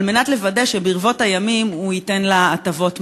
כדי לוודא שברבות הימים הוא ייתן לה הטבות מס.